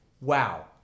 Wow